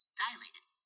dilated